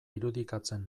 irudikatzen